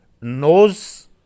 knows